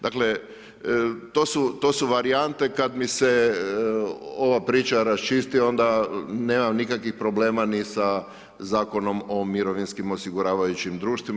Dakle, to su varijante kad mi se ova priča raščisti, onda nemam nikakvih problema ni sa Zakonom o mirovinskim osiguravajućim društvima.